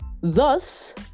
Thus